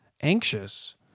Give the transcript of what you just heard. anxious